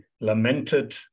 lamented